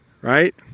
right